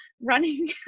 running